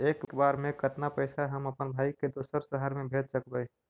एक बेर मे कतना पैसा हम अपन भाइ के दोसर शहर मे भेज सकबै?